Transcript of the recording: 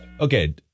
Okay